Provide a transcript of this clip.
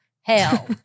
hell